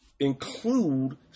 include